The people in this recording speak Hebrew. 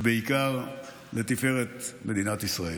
מהירים ובעיקר לתפארת מדינת ישראל.